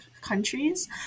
countries